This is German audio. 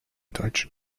deutschen